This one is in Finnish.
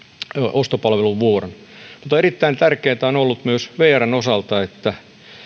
ostopalveluvuoron mutta erittäin tärkeätä on ollut vrn osalta myös että